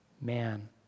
man